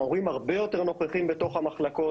ההורים הרבה יותר נוכחים בתוך המחלקות.